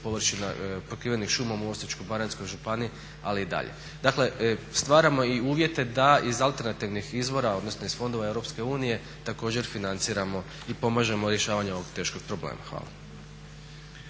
površina prekrivenih šumom u Osječko-baranjskoj županiji ali i dalje. Dakle stvaramo i uvjete da iz alternativnih izvora, odnosno iz fondova Europske unije također financiramo i pomažemo rješavanju ovog teškog problema. Hvala.